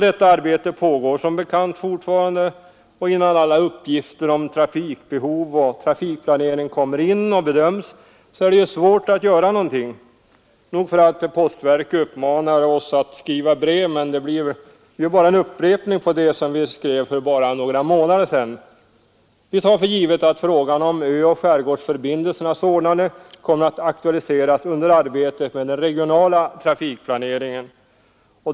Detta arbete pågår som bekant fortfarande, och innan alla uppgifter om trafikbehov och trafikplanering kom mit in och bedömts är det ju svårt att göra någonting. Nog för att postverket uppmanar oss att skriva brev, men det skulle bara bli en upprepning av det vi skrev för några månader sedan. Vi tar för givet att frågan om öoch skärgårdsförbindelsernas ordnande kommer att aktualiseras under arbetet med den regionala trafikplaneringen.